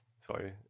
sorry